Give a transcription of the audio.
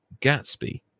gatsby